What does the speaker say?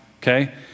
okay